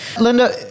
Linda